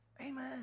Amen